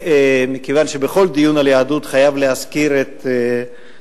בכל דיון על יהדות אני חייב להזכיר את אותה